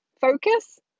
focus